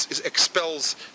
expels